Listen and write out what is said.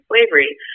slavery